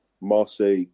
Marseille